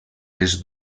les